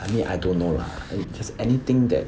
I mean I don't know lah just anything that